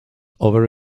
over